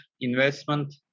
investment